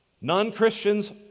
Non-Christians